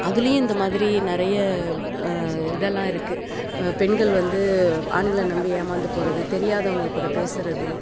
அதுலேயும் இந்த மாதிரி நிறைய இதெல்லாம் இருக்கு பெண்கள் வந்து ஆண்களை நம்பி ஏமாந்து போவது தெரியாதவங்க கூட பேசுவது